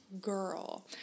girl